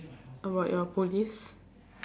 about your